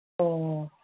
ꯑꯣ